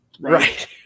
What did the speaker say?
Right